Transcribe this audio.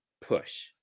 push